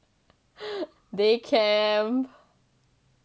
day camp